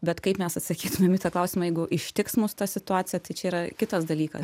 bet kaip mes atsakytumėm į tą klausimą jeigu ištiks mus ta situacija tai čia yra kitas dalykas